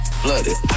flooded